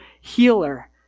healer